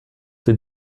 den